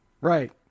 right